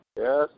Yes